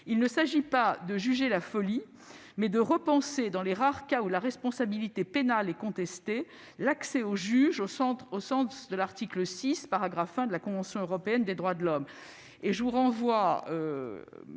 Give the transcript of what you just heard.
Il ne s'agit donc pas de juger la folie, mais de repenser, dans les rares cas où la responsabilité pénale est contestée, l'accès au juge au sens l'article 6, paragraphe 1, de la Convention européenne des droits de l'homme.